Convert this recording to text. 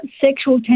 sexual